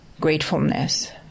gratefulness